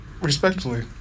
respectfully